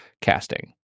casting